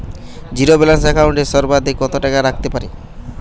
Zero balance account এ সর্বাধিক কত টাকা রাখতে পারি?